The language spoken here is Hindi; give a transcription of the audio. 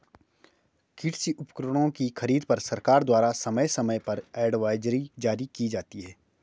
कृषि उपकरणों की खरीद पर सरकार द्वारा समय समय पर एडवाइजरी जारी की जाती है